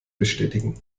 bestätigen